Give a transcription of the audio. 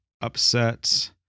upset